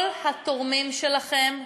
כל התורמים שלכם מחו"ל.